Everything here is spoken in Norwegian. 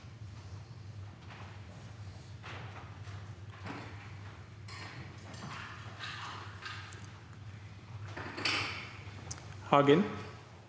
Hagen